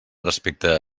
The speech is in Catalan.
respecte